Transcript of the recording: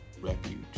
Refuge